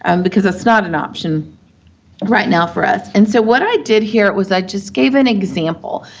um because it's not an option right now for us. and so, what i did here was i just gave an example,